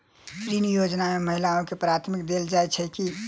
ऋण योजना मे महिलाकेँ प्राथमिकता देल जाइत छैक की?